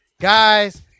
guys